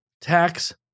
Tax